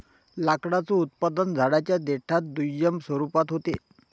लाकडाचं उत्पादन झाडांच्या देठात दुय्यम स्वरूपात होत